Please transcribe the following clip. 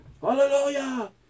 Hallelujah